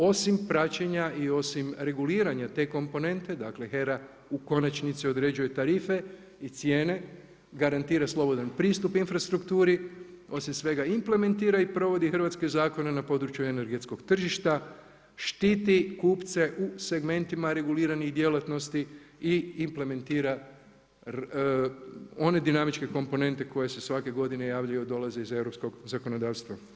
Osim praćenja i osim reguliranja te komponente, dakle, HERA u konačnici određuje tarife i cijene, garantira slobodan pristup infrastrukturi, osim sveg implementira i provodi hrvatske zakone na području energetskog tržišta, štiti kupce u segmentima reguliranih djelatnosti i implementira one dinamične komponente koje se svake godine javljaju, a dolaze iz europskog zakonodavstva.